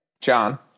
John